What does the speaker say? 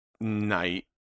night